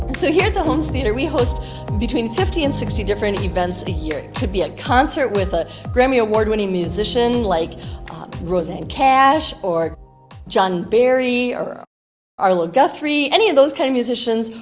so here at the holmes theater, we host between fifty and sixty different and events a year. it could be a concert with a grammy award-winning musician like rosanne cash, or john berry, or ah arlo guthrie. guthrie. any of those kind of musicians,